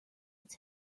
its